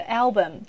album